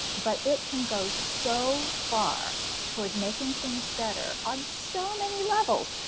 but it can go so far toward making things better on so many levels,